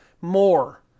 more